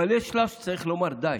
אבל יש שלב שצריך לומר: די.